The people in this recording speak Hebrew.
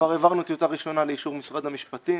כבר העברנו טיוטה ראשונה לאישור משרד המשפטים.